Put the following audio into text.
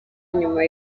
nyuma